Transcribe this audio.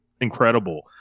incredible